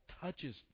touches